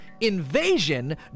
invasion